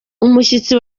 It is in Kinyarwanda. umushyitsi